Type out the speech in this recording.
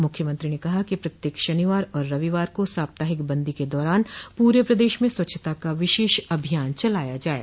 मुख्यमंत्री ने कहा कि प्रत्येक शनिवार और रविवार को साप्ताहिक बंदी के दौरान पूरे प्रदेश में स्वच्छता का विशेष अभियान चलाया जाये